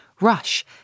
rush